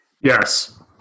Yes